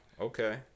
okay